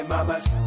Mamas